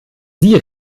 sie